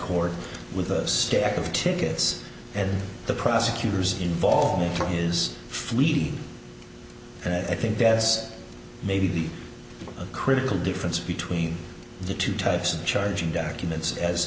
court with a stack of tickets at the prosecutor's involved is fleeting and i think that's maybe the critical difference between the two types of charging documents as